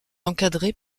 encadrée